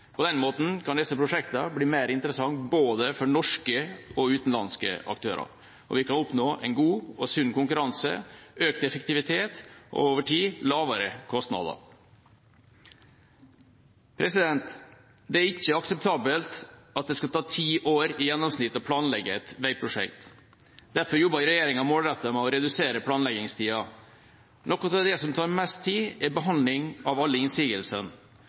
På den måten kan disse prosjektene bli mer interessante for både norske og utenlandske aktører, og vi kan oppnå en god og sunn konkurranse, økt effektivitet og over tid lavere kostnader. Det er ikke akseptabelt at det skal ta ti år i gjennomsnitt å planlegge et veiprosjekt. Derfor jobber regjeringa målrettet for å redusere planleggingstida. Noe av det som tar mest tid, er behandling av alle innsigelsene.